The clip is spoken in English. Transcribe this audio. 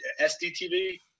SDTV